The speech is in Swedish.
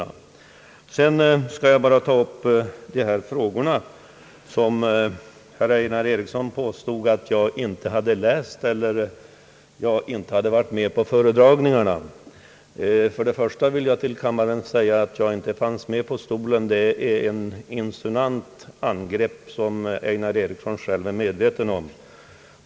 Jag vill sedan ta upp de frågor som herr Einar Eriksson påstod att jag inte hade studerat och inte varit med på föredragningarna om. Jag vill då säga till kammaren att påståendet att jag inte fanns på stolen är ett insinuant angrepp som herr Eriksson själv är medveten om.